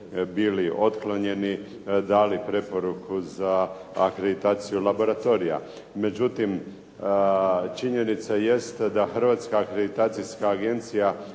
bili otklonjeni dali preporuku za akreditaciju laboratorija. Međutim, činjenica jest da hrvatska akreditacijska agencija